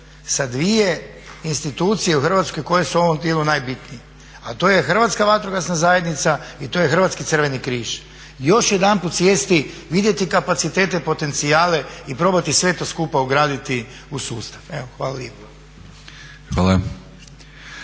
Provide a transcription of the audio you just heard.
sa dvije institucije u Hrvatskoj koje su u ovom tijelu najbitnije, a to je Hrvatska vatrogasna zajednica i to je Hrvatski crveni križ još jedanput sjesti, vidjeti kapacitete, potencijale i probati sve to skupa ugraditi u sustav. Evo, hvala lijepo.